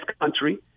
country